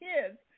kids